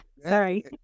sorry